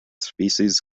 species